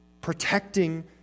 protecting